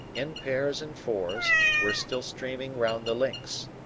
in pairs and fours, were still streaming round the links.